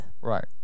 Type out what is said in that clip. Right